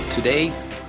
Today